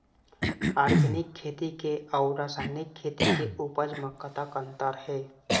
Organic खेती के अउ रासायनिक खेती के उपज म कतक अंतर हे?